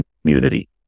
community